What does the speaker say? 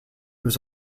was